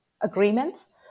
agreements